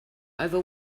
over